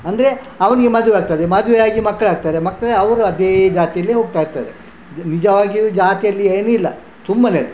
ಅಂದರೆ ಅವನಿಗೆ ಮದುವೆಯಾಗ್ತದೆ ಮದುವೆಯಾಗಿ ಮಕ್ಕಳಾಗ್ತಾರೆ ಮಕ್ಕಳು ಅವರು ಅದೇ ಜಾತಿಯಲ್ಲಿ ಹೋಗ್ತಾಯಿರ್ತಾರೆ ನಿಜವಾಗಿಯೂ ಜಾತಿಯಲ್ಲಿ ಏನು ಇಲ್ಲ ಸುಮ್ಮನೆ ಅದು